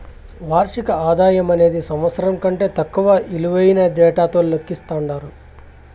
వార్షిక ఆదాయమనేది సంవత్సరం కంటే తక్కువ ఇలువైన డేటాతో లెక్కిస్తండారు